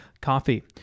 Coffee